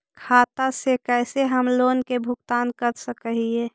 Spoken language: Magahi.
खाता से कैसे हम लोन के भुगतान कर सक हिय?